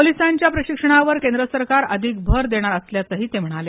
पोलिसांच्या प्रशिक्षणावर केंद्र सरकार अधिक भर देणार असल्याचंही ते म्हणाले